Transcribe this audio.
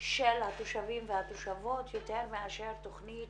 של התושבים והתושבות, יותר מאשר תכנית